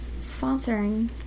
Sponsoring